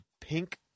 pink